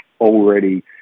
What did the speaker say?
already